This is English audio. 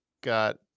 got